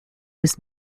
was